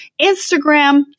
Instagram